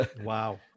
wow